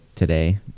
today